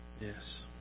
yes